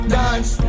dance